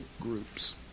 groups